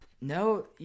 No